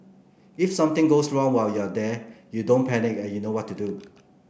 if something goes wrong while you're there you don't panic and you know what to do